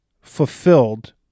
fulfilled